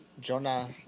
jonah